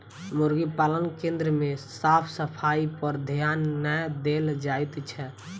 मुर्गी पालन केन्द्र मे साफ सफाइपर ध्यान नै देल जाइत छै